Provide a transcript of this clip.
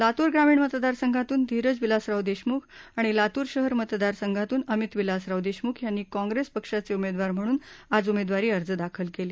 लातूर ग्रामीण मतदारसंघामधून धीरज विलासराव देशमुख आणि लातूर शहर मतदारसंघातून अमित विलासराव देशमुख यांनी काँप्रेस पक्षाचे उमेदवार म्हणून आज उमेदवारी अर्ज दाखल केले